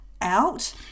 out